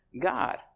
God